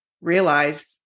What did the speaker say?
realized